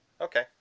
Okay